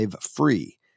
free